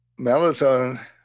melatonin